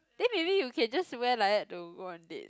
then maybe you can just wear like that to go on date